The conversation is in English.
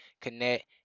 connect